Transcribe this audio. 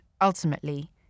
ultimately